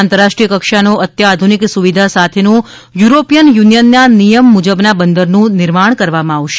આંતરરાષ્ટ્રીય કક્ષાનો અત્યાધુનિક સુવિધા સાથેનું યુરોપીયન યુનિયનનાં નિયમ મુજબના બંદરનું નિર્માણ કરવામાં આવશે